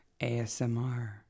ASMR